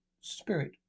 spirit